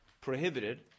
prohibited